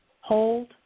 hold